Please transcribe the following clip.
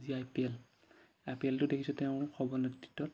যি I P L I P L টো দেখিছোঁ তেওঁৰ সফল নেতৃত্বত